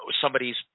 somebody's